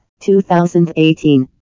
2018